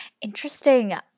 Interesting